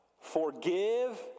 Forgive